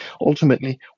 ultimately